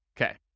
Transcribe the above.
Okay